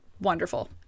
wonderful